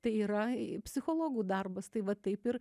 tai yra psichologų darbas tai va taip ir